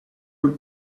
who